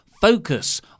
Focus